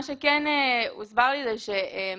הוסבר לי גם